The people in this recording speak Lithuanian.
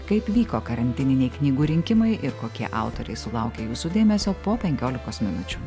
kaip vyko karantininiai knygų rinkimai ir kokie autoriai sulaukė jūsų dėmesio po penkiolikos minučių